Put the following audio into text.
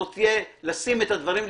לשים את הדברים,